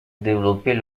développer